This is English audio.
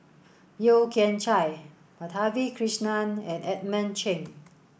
Yeo Kian Chai Madhavi Krishnan and Edmund Cheng